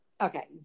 okay